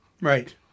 Right